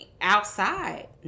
outside